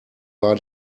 war